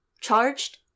charged